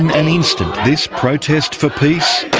an instant, this protest for peace